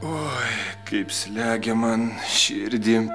oi kaip slegia man širdį